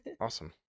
Awesome